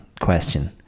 question